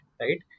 Right